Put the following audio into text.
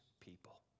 people